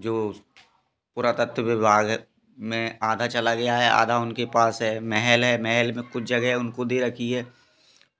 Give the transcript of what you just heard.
जो पुरातत्व विभाग में आधा चला गया है आधा उनके पास है महल है महल में कुछ जगह उनको दे रखी है